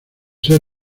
ser